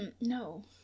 No